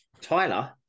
Tyler